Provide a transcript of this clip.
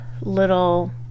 little